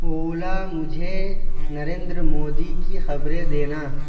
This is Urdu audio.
اولا مجھے نریندر مودی کی خبریں دینا